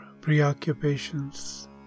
preoccupations